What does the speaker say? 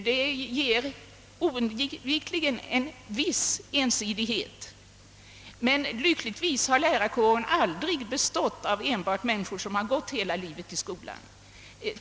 Det ger onekligen en viss ensidighet. Men lyckligtvis har lärarkåren aldrig bara bestått av människor som hela livet gått i skolan.